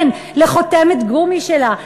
כן, לחותמת גומי שלה.